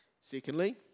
Secondly